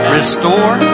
Restore